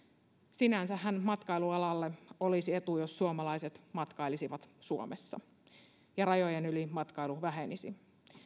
sinänsähän matkailualalle olisi etu jos suomalaiset matkailisivat suomessa ja rajojen yli matkailu vähenisi